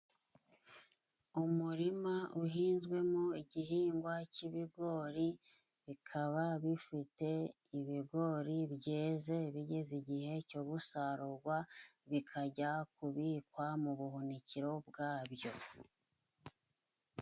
Umurima uhinzwemo igihingwa cy'ibigori, bikaba bifite ibigori byeze, bigeze igihe cyo gusarurwa bikajya kubikwa mu buhunikiro bwabyo.